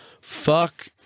Fuck